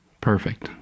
perfect